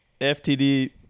FTD